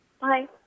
Bye